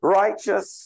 righteous